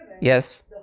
Yes